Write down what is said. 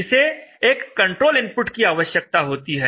इसे एक control input की आवश्यकता होती है